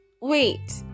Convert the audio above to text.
wait